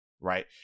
right